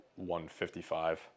155